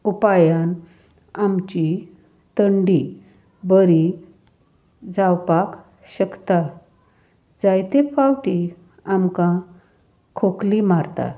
उपायान आमची थंडी बरी जावपाक शकता जायते फावटी आमकां खोकली मारता